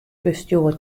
bestjoer